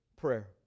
prayer